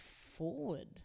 forward